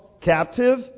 captive